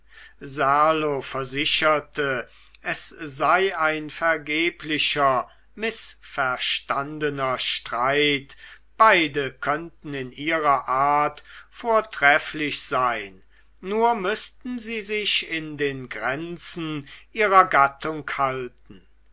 serlo versicherte es sei ein vergeblicher mißverstandener streit beide könnten in ihrer art vortrefflich sein nur müßten sie sich in den grenzen ihrer gattung halten